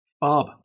Bob